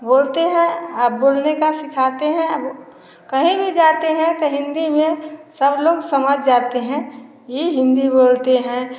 बोलते हैं आ बोलने का सिखाते हैं अरु कहीं भी जाते हैं तो हिंदी में सब लोग समझ जाते हैं ये हिंदी बोलती हैं